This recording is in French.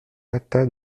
hâta